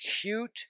cute